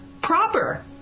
proper